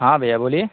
हाँ भैया बोलिए